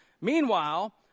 Meanwhile